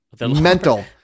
mental